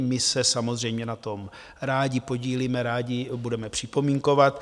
My se samozřejmě na tom rádi podílíme, rádi ho budeme připomínkovat.